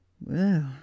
Well